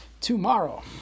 tomorrow